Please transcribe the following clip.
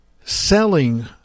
selling